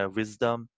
wisdom